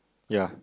ya